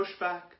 pushback